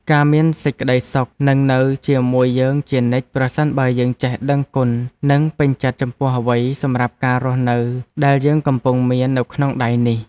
ការមានសេចក្ដីសុខនឹងនៅជាមួយយើងជានិច្ចប្រសិនបើយើងចេះដឹងគុណនិងពេញចិត្តចំពោះអ្វីសម្រាប់ការរស់នៅដែលយើងកំពុងមាននៅក្នុងដៃនេះ។